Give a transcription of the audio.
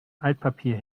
altpapier